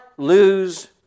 Lose